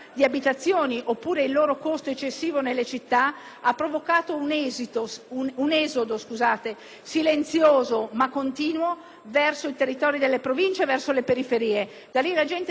ha provocato un esodo silenzioso, ma continuo, verso i territori delle Province e verso le periferie. Da lì la gente deve tornare a rifluire sulla città per il lavoro